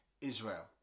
Israel